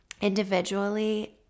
individually